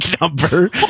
number